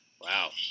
Wow